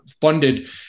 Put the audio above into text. funded